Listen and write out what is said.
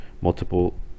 Multiple